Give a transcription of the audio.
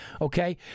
Okay